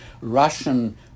Russian